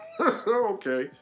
Okay